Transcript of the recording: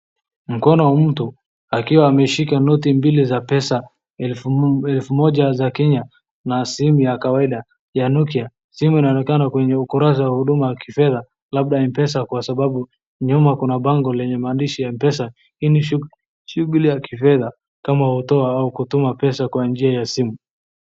Mkono wa mtu akiwa ameshika noti mbili za pesa elfu moja za Kenya na sehemu ya kawaida ya Nokia, simu inaonekana kwenye ukurasa wa huduma ya kifedha labda M-pesa kwa sababu nyuma kuna bango lenye maandish ya M-pesa, hii ni shughuli ya kifedha kama kutoa au kutuma pesa kwa njia ya simu.